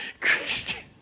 Christian